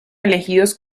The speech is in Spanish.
elegidos